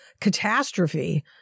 catastrophe